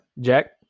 Jack